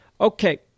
Okay